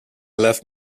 left